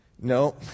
No